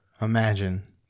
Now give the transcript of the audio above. Imagine